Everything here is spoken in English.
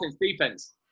defense